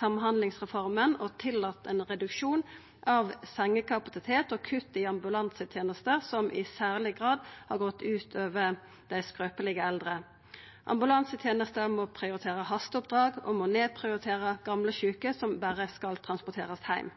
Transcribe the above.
samhandlingsreforma og har tillate ein reduksjon av sengekapasitet og kutt i ambulansetenesta som i særleg grad har gått ut over dei skrøpelege eldre. Ambulansetenesta må prioritera hasteoppdrag og nedprioritera gamle sjuke som berre skal transporterast heim.